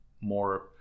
more